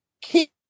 Keep